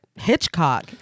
hitchcock